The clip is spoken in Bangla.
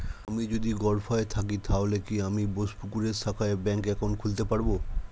আমি যদি গরফায়ে থাকি তাহলে কি আমি বোসপুকুরের শাখায় ব্যঙ্ক একাউন্ট খুলতে পারবো?